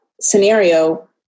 scenario